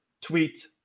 tweet